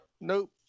Nope